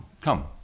come